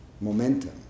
momentum